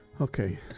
Okay